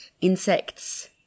insects